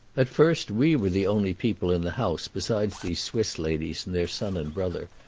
at first we were the only people in the house besides these swiss ladies and their son and brother,